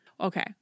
Okay